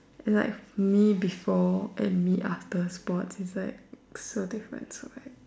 it's like me before and me after sports it's like so different so bad